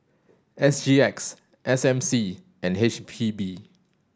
S G X S M C and H P B